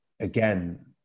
again